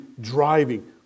driving